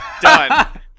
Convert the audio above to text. Done